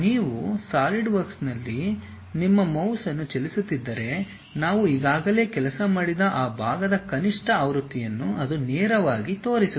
ನೀವು ಸಾಲಿಡ್ವರ್ಕ್ನಲ್ಲಿ ನಿಮ್ಮ ಮೌಸ್ ಅನ್ನು ಚಲಿಸುತ್ತಿದ್ದರೆ ನಾವು ಈಗಾಗಲೇ ಕೆಲಸ ಮಾಡಿದ ಆ ಭಾಗದ ಕನಿಷ್ಠ ಆವೃತ್ತಿಯನ್ನು ಅದು ನೇರವಾಗಿ ತೋರಿಸುತ್ತದೆ